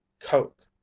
Coke